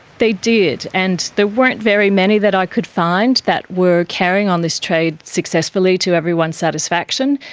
they did, and there weren't very many that i could find that were carrying on this trade successfully to everyone's satisfaction,